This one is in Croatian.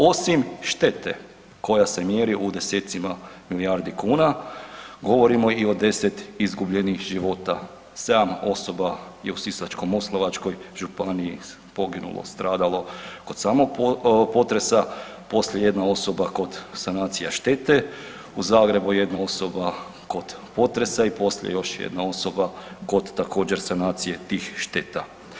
Osim štete koja se mjeri u desecima milijardi kuna govorimo i o 10 izgubljenih života, 7 osoba je u Sisačko-moslavačkoj županiji poginulo, stradalo kod samog potresa, poslije jedna osoba kod sanacija štete, u Zagrebu jedna osoba kod potresa i poslije još jedna osoba kod također sanacije tih šteta.